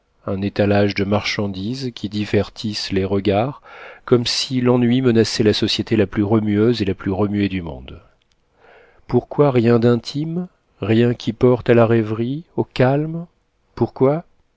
un étalage de marchandises qui divertissent les regards comme si l'ennui menaçait la société la plus remueuse et la plus remuée du monde pourquoi rien d'intime rien qui porte à la rêverie au calme pourquoi